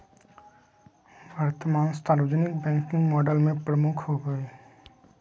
वर्तमान सार्वजनिक banking model में प्रमुख होबो हइ